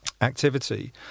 Activity